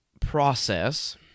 process